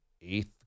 eighth